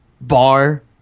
bar